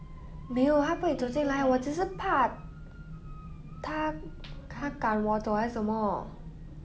没有他不会走进来我只是怕他他赶我走还是什么:mei you ta bu hui zou jin lai wo zhi shi pa ta ta ganan wo zou hai shi shen me